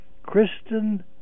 Kristen